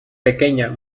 pequeña